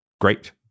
great